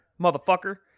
motherfucker